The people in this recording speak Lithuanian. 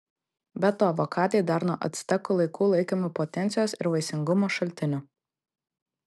be to avokadai dar nuo actekų laikų laikomi potencijos ir vaisingumo šaltiniu